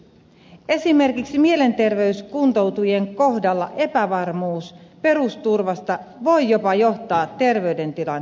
esimerkiksi mielenterveyskuntoutujien kohdalla epävarmuus perusturvasta voi jopa johtaa terveydentilan heikkenemiseen